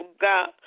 God